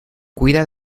cuida